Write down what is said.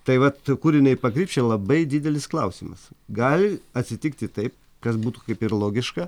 tai vat kur jinai pakryps čia labai didelis klausimas gali atsitikti taip kas būtų kaip ir logiška